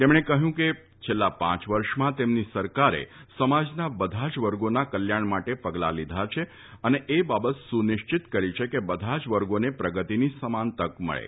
તેમણે જણાવ્યું હતું કે છેલ્લા પાંચ વર્ષમાં તેમની સરકારે સમાજના બધા જ વર્ગોના કલ્યાણ માટે પગલાં લીધા છે અને એ બાબત સુનિશ્ચિત કરી છે કે બધા જ વર્ગોને પ્રગતિની સમાન તક મળે